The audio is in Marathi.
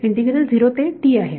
इंटिग्रल 0 ते t आहे